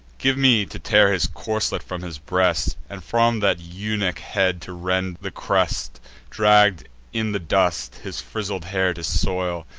give me to tear his corslet from his breast, and from that eunuch head to rend the crest dragg'd in the dust, his frizzled hair to soil,